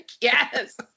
Yes